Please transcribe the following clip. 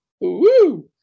Woo